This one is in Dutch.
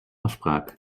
afspraak